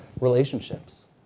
relationships